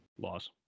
loss